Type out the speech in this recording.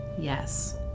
Yes